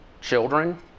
children